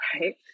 right